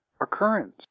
occurrence